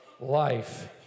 life